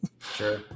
sure